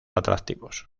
atractivos